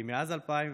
כי מאז 2014